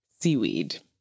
seaweed